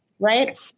right